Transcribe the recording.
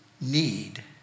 need